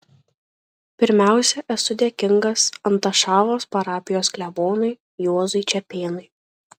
pirmiausia esu dėkingas antašavos parapijos klebonui juozui čepėnui